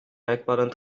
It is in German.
merkmalen